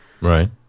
right